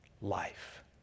life